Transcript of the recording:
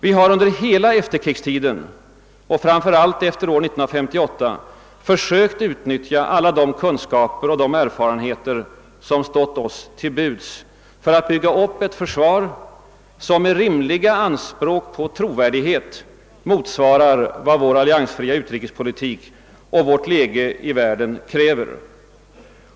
Vi har under hela efterkrigstiden och framför allt efter år 1958 försökt utnyttja alla de kunskaper och alla de erfarenheter som stått oss till buds för att bygga upp ett försvar som med rimliga anspråk på trovärdighet motsvarar vad vår alliansfria utrikespolitik och vårt läge i världen kräver.